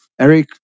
Eric